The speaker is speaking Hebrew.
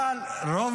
אבל כשהוא